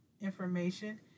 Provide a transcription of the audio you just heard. information